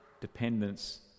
dependence